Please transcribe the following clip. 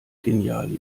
geniale